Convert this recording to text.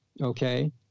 Okay